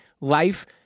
life